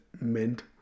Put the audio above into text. mint